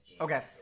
Okay